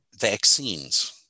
vaccines